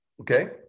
okay